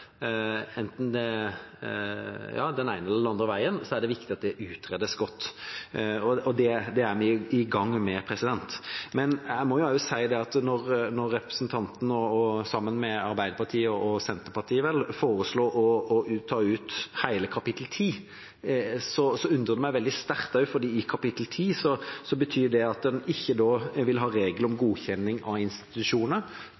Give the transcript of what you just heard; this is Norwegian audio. enten den ene eller andre veien, er det viktig at det utredes godt. Det er vi i gang med. Men jeg må si at når representanten Øvstegård, sammen med Arbeiderpartiet og Senterpartiet, foreslår å ta ut hele kapittel 10, undrer det meg veldig sterkt,